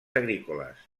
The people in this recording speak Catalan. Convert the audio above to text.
agrícoles